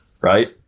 right